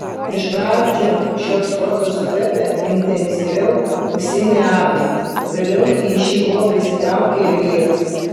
iš pradžių šiuo sportu su pepe intensyviau užsiėmė agnė vėliau į šį hobį įsitraukė ir vyras